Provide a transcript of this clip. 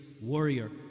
warrior